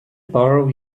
borrow